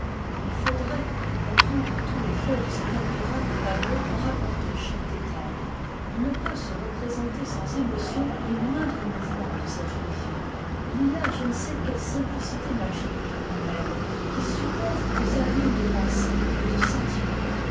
il faudrait pour comprendre tout l'effet de cet admirable tableau en rapporter chaque détail on ne peut se représenter sans émotion les moindres mouvements de cette jeune fille il y a je ne sais quelle simplicité magique en elle qui suppose des abîmes de pensées et de sentiments